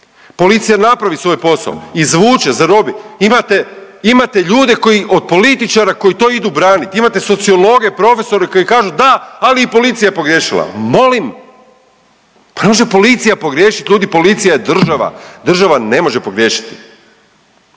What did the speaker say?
Policija napravi svoj posao izvuče, zarobi, imate, imate ljude koji od političara koji to idu braniti, imate sociologe, profesore koji kažu da ali i policija je pogriješila. Molim? Pa ne može policija pogriješiti, ljudi policija je država, država ne može pogriješiti.